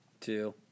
Two